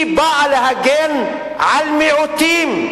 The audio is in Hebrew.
היא באה להגן על מיעוטים.